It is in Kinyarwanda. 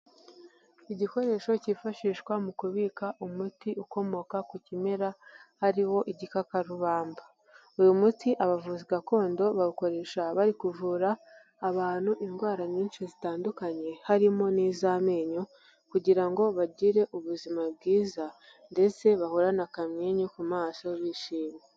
Igikoresho cyifashishwa mu kubika umuti ukomoka ku kimera ariwo igikakarubamba. Uyu muti abavuzi gakondo bawukoresha bari kuvura abantu indwara nyinshi zitandukanye, harimo n'iz'amenyo kugira ngo bagire ubuzima bwiza ndetse bahorane akamwenyu ku maso bishimye.